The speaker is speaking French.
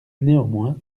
néanmoins